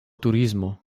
turismo